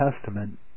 Testament